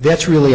that's really i